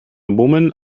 woman